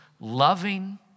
loving